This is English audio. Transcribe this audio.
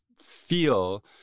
feel